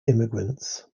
immigrants